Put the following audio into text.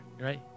right